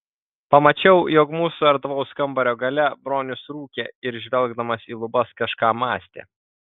pamačiau jog mūsų erdvaus kambario gale bronius rūkė ir žvelgdamas į lubas kažką mąstė